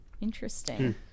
Interesting